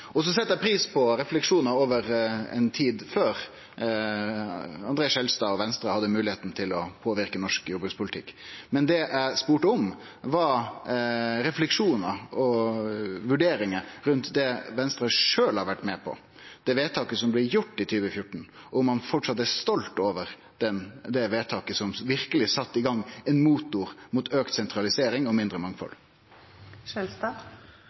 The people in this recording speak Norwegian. set pris på refleksjonar over ei tid før André Skjelstad og Venstre hadde moglegheita til å påverke norsk jordbrukspolitikk. Men det eg spurde om, var refleksjonar og vurderingar rundt det Venstre sjølv har vore med på, det vedtaket som blei gjort i 2014 – om han framleis er stolt over det vedtaket, som verkeleg sette i gang ein motor mot auka sentralisering og mindre